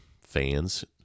fans